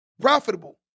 profitable